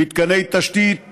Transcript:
ומתקני תשתיות ואנרגיה.